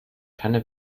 keine